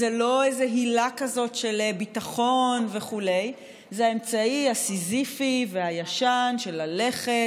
זה לא איזו הילה כזאת של ביטחון וכו'; זה האמצעי הסיזיפי והישן של ללכת